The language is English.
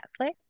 Netflix